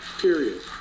period